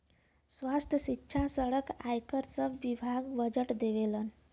स्वास्थ्य, सिक्षा, सड़क, आयकर सब विभाग बजट देवलन